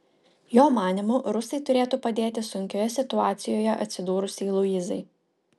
jo manymu rusai turėtų padėti sunkioje situacijoje atsidūrusiai luizai